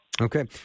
Okay